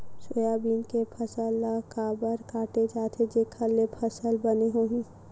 Soybean के फसल ल काबर काटे जाथे जेखर ले फसल बने होही?